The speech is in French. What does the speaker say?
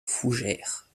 fougères